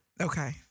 Okay